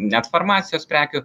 net farmacijos prekių